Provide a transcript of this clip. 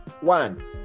One